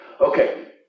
Okay